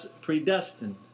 predestined